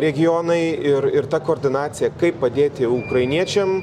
regionai ir ir ta koordinacija kaip padėti ukrainiečiam